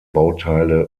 bauteile